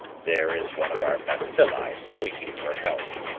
there is one of our bacilli squeaking for help,